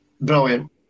Brilliant